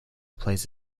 plays